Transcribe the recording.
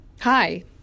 Hi